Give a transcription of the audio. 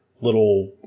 little